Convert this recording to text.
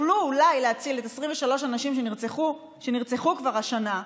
שיכלו אולי להציל את 23 הנשים שנרצחו כבר השנה,